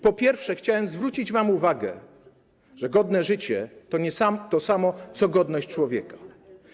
Po pierwsze, chciałem zwrócić wam uwagę: godne życie to nie to samo co godność człowieka.